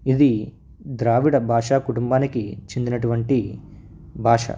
ఇది ద్రావిడ భాషా కుటుంబానికి చెందినటువంటి భాష